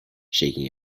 shaking